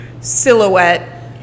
silhouette